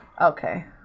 Okay